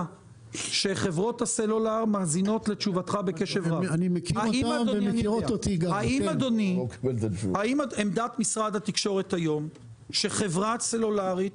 שחברות הסלולר מאזינות לתשובתך בקשב רב שחברה סלולרית